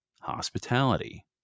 hospitality